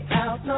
out